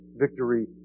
victory